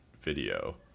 video